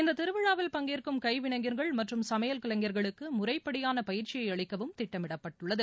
இந்தத் திருவிழாவில் பங்கேற்கும் கைவினைஞர்கள் மற்றும் சமையல் கலைஞர்களுக்கு முறைப்படியான பயிற்சியை திட்டமிடப்பட்டுள்ளது